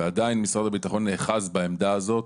ועדיין משרד הביטחון נאחז בעמדה הזאת,